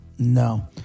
No